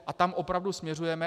A tam opravdu směřujeme.